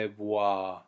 bois